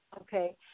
Okay